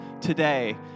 today